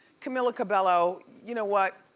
camila cabello, you know what,